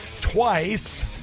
twice